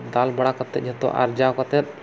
ᱫᱟᱞ ᱵᱟᱲᱟ ᱠᱟᱛᱮᱫ ᱡᱷᱚᱛᱚ ᱟᱨᱡᱟᱣ ᱠᱟᱛᱮᱫ